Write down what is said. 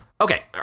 Okay